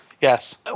Yes